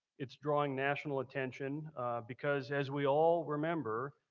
it's drawing national attention because, as we all remember,